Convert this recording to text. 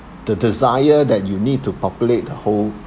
the desire that you need to populate the whole